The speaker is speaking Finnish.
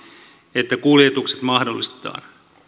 että kuljetukset mahdollistetaan